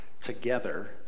Together